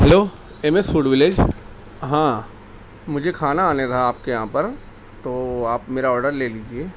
hello M S food village ہاں مجھے کھانا آنے تھا آپ کے یہاں پر تو آپ میرا آرڈر لے لیجیے